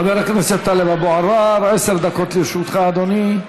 חבר הכנסת טלב אבו עראר, עשר דקות לרשותך, אדוני.